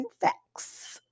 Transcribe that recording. facts